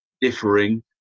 differing